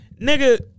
Nigga